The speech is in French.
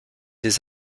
des